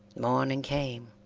morning came,